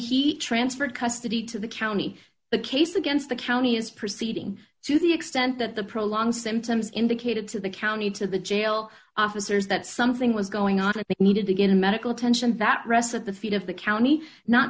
he transferred custody to the county the case against the county is proceeding to the extent that the prolonged symptoms indicated to the county to the jail officers that something was going on it needed to get medical attention that rest of the feet of the county not